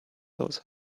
those